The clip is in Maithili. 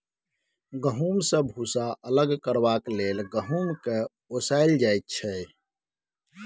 गहुँम सँ भुस्सा अलग करबाक लेल गहुँम केँ ओसाएल जाइ छै